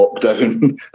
lockdown